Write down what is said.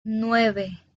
nueve